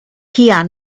here